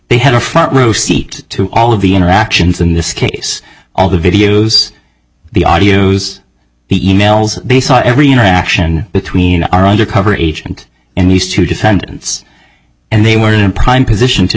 they had a front row seat to all of the interactions in this case all the videos the audios the e mails they saw every interaction between our undercover agent and these two defendants and they were in a prime position to